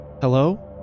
Hello